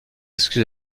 excuses